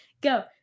Go